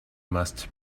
must